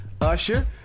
Usher